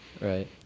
right